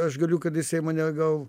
aš galiu kad jisai mane gal